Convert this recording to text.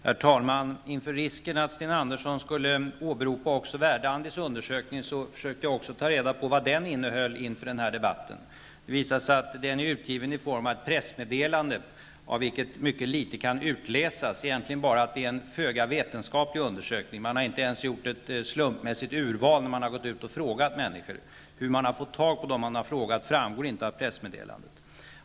Herr talman! Inför risken att Sten Andersson i Malmö i den här debatten också skulle åberopa Verdandis undersökning, försökte jag att ta reda på vad den innehöll. Det visade sig att Verdandis undersökning är utgiven i form av ett pressmeddelande, ur vilket mycket litet kan utläsas. Man kan egentligen bara utläsa att det är en föga vetenskaplig undersökning. Verdandi har inte ens gjort ett slumpmässigt urval när man har gått ut och frågat människor. Hur man har fått tag på de tillfrågade framgår inte av pressmeddelandet.